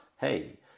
hey